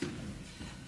לזימי.